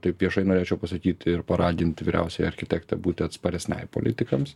taip viešai norėčiau pasakyt ir paragint vyriausiąjį architektą būti atsparesniai politikams